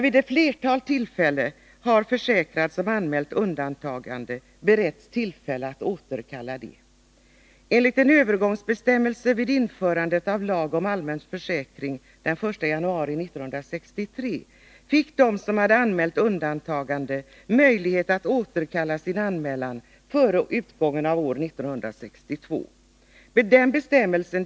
Vid ett flertal tillfällen har försäkrade som anmält undantagande beretts tillfälle att återkalla detta.